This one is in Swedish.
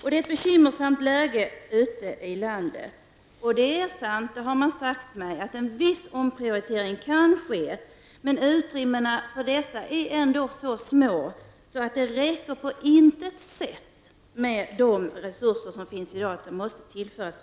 Läget är bekymmersamt ute i landet. Det är sant -- det har man sagt till mig -- att en viss omprioritering kan ske, men utrymmena är ändå så små att det inte på intet sätt räcker med de resurser som finns i dag. Resurser måste tillföras.